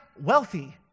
wealthy